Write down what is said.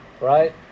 right